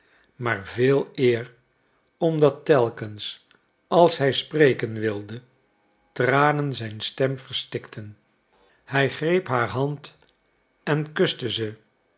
maar veeleer omdat telkens als hij spreken wilde tranen zijn stem verstikten hij greep haar hand en kuste